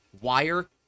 wire